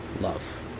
love